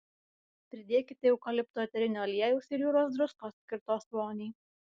pridėkite eukalipto eterinio aliejaus ir jūros druskos skirtos voniai